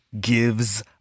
gives